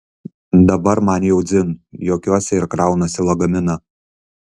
dabar man jau dzin juokiuosi ir kraunuosi lagaminą